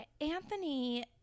Anthony